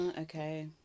Okay